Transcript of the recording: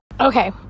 Okay